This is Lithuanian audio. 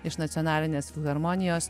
iš nacionalinės filharmonijos